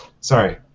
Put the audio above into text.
Sorry